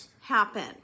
happen